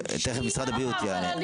תכף משרד הבריאות יענה.